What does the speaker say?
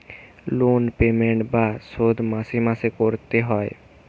loan payment বা শোধ মাসে মাসে করতে এ হয়